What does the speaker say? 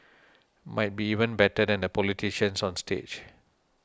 might be even better than the politicians on stage